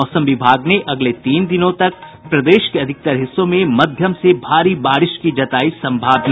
मौसम विभाग ने अगले तीन दिनों तक प्रदेश के अधिकतर हिस्सों में मध्यम से भारी बारिश की जतायी संभावना